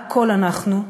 הכול אנחנו.